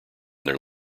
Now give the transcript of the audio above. their